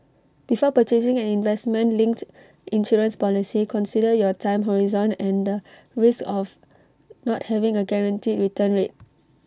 before purchasing an investment linked insurance policy consider your time horizon and the risk of not having A guaranteed return rate